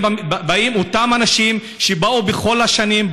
באים אותם אנשים שבאו כל השנים,